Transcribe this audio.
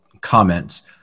comments